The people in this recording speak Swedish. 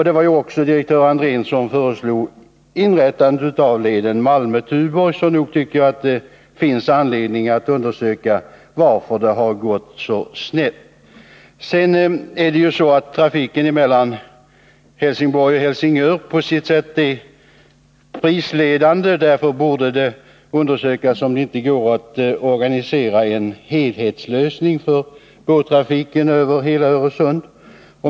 Det var också direktör Andrén som föreslog inrättandet av leden Malmö-Tuborg. Så nog tycker jag att det finns anledning att undersöka varför det har gått så snett. Trafiken mellan Helsingborg och Helsingör är på sitt sätt prisledande. Därför borde det undersökas om det inte går att åstadkomma en helhetslösning för båttrafiken i hela Öresund.